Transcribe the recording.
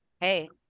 hey